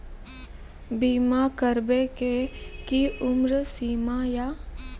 बीमा करबे के कि उम्र सीमा या?